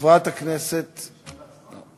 חבר הכנסת יוסי יונה, לא נמצא.